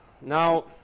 Now